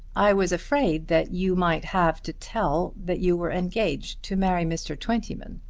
i was afraid that you might have to tell that you were engaged to marry mr. twentyman.